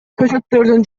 көчөттөрдүн